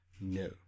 No